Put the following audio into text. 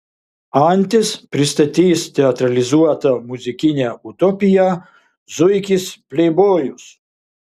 antis pristatys teatralizuotą muzikinę utopiją zuikis pleibojus